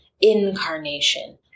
incarnation